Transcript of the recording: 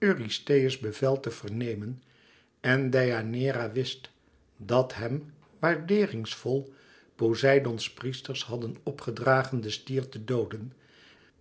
bevel te vernemen en deianeira wist dat hem waardeeringsvol poseidoons priesters hadden opgedragen den stier te dooden